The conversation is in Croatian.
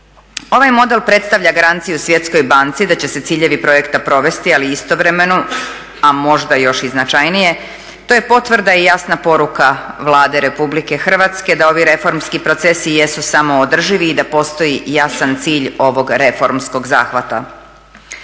Ovaj model predstavlja garanciju svjetskoj banci da će se ciljevi projekta provesti ali istovremeno, a možda još i značajnije to je potvrda i jasna poruka Vlade Republike Hrvatske da ovi reformski procesi jesu samo održivi i da postoji jasan cilj ovog reformskog zahvata.